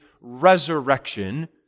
resurrection